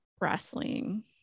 wrestling